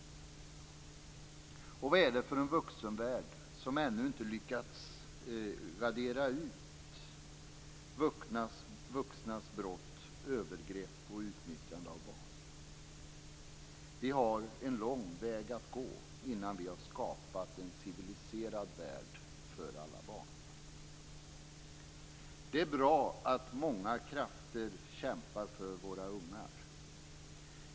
Och vad är det för en vuxenvärld som ännu inte har lyckats radera ut vuxnas brott mot, övergrepp på och utnyttjande av barn? Vi har en lång väg att gå innan vi har skapat en civiliserad värld för alla barn. Det är bra att många krafter kämpar för våra ungar.